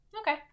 Okay